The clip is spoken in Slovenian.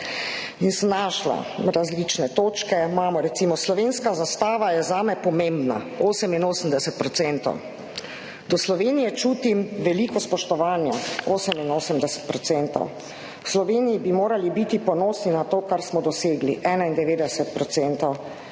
sem našla različne točke. Imamo recimo: slovenska zastava je zame pomembna, 88 %; do Slovenije čutim veliko spoštovanja, 88 %; v Sloveniji bi morali biti ponosni na to, kar smo dosegli, 91